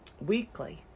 Weekly